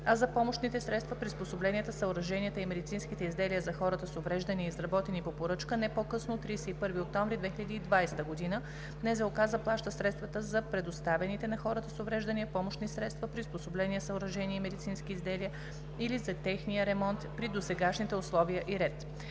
а за помощните средства, приспособленията, съоръженията и медицинските изделия за хората с увреждания, изработени по поръчка, не по-късно от 31 октомври 2020 г., НЗОК заплаща средствата за предоставените на хората с увреждания помощни средства, приспособления, съоръжения и медицински изделия или за техния ремонт при досегашните условия и ред.